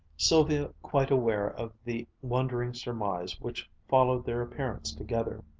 sylvia quite aware of the wondering surmise which followed their appearance together.